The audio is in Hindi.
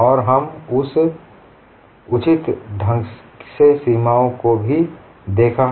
और हमने उचित ढंग से सीमा दशाओं को भी देखा